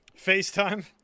FaceTime